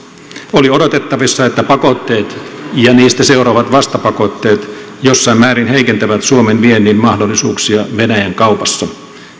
oli odotettavissa että pakotteet ja niistä seuraavat vastapakotteet jossain määrin heikentävät suomen viennin mahdollisuuksia venäjän kaupassa